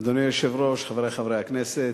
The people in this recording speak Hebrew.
אדוני היושב-ראש, חברי חברי הכנסת,